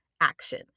action